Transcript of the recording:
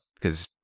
because-